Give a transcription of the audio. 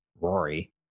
Rory